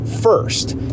first